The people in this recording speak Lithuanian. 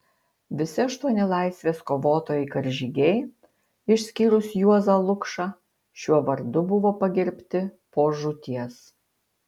visi aštuoni laisvės kovotojai karžygiai išskyrus juozą lukšą šiuo vardu buvo pagerbti po žūties